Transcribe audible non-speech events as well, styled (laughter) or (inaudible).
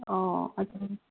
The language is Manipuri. ꯑꯣ (unintelligible)